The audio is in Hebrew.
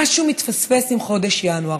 משהו מתפספס בחודש ינואר.